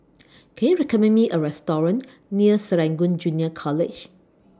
Can YOU recommend Me A Restaurant near Serangoon Junior College